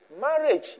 Marriage